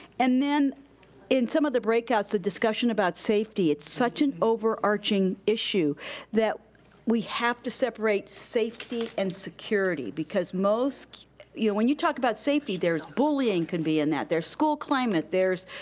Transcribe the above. and then in some of the breakouts, the discussion about safety, it's such an overarching issue that we have to separate safety and security because most you know, when you talk about safety, there's bullying could be in that, there's school climate, there's,